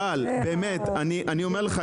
גל, באמת, אני אומר לך,